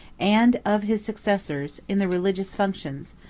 and of his successors, in the religious functions,